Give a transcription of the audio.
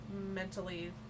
mentally